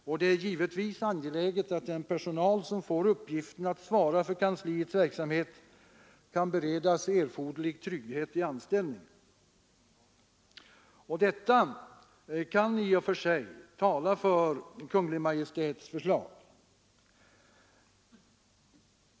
Och det är givetvis angeläget att den personal som får uppgiften att svara för kansliets verksamhet kan beredas erforderlig trygghet i anställningen. Detta kan i och för sig tala för Kungl. Maj:ts förslag.